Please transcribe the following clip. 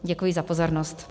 Děkuji za pozornost.